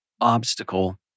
obstacle